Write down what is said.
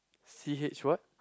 C_H what